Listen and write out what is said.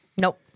Nope